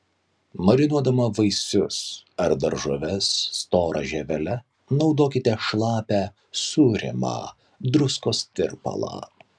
marinuodama vaisius ar daržoves stora žievele naudokite šlapią sūrymą druskos tirpalą